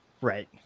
right